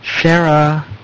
Sarah